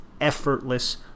effortless